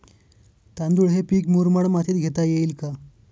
तांदूळ हे पीक मुरमाड मातीत घेता येईल का?